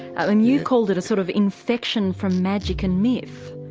and you called it a sort of infection from magic and myth.